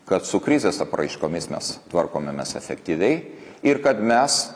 kad su krizės apraiškomis mes tvarkomėmės efektyviai ir kad mes